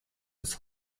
des